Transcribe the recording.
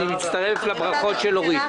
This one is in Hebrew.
אני מצטרף לברכות של אורית פרקש-הכהן.